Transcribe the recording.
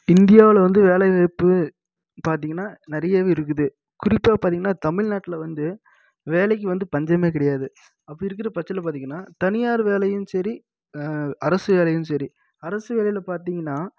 இந்தியாவில் வந்து வேலைவாய்ப்பு பார்த்தீங்கன்னா நிறையாவே இருக்குது குறிப்பாக பார்த்தீங்கன்னா தமிழ்நாட்டில் வந்து வேலைக்கு வந்து பஞ்சமே கிடையாது அப்படி இருக்கிற பட்சத்தில் பார்த்தீங்கன்னா தனியார் வேலையும் சரி அரசு வேலையும் சரி அரசு வேலையில் பார்த்தீங்கன்னா